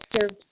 served